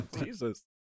Jesus